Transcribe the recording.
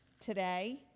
today